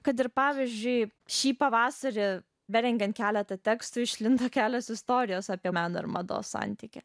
kad ir pavyzdžiui šį pavasarį be rengiant keletą tekstų išlindo kelios istorijos apie meno ir mados santykį